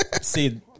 See